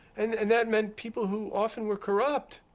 and and that meant people who often were corrupt.